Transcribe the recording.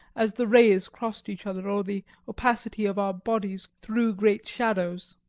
as the rays crossed each other, or the opacity of our bodies threw great shadows.